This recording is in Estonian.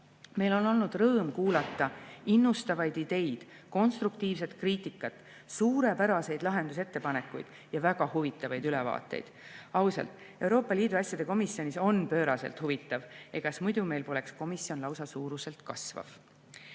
Meil on olnud rõõm kuulata innustavaid ideid, konstruktiivset kriitikat, suurepäraseid lahendusettepanekuid ja väga huvitavaid ülevaateid. Ausalt, Euroopa Liidu asjade komisjonis on pööraselt huvitav, egas muidu meil poleks komisjon lausa suuruselt kasvav.